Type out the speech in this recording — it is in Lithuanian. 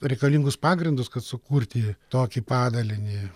reikalingus pagrindus kad sukurti tokį padalinį